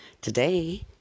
Today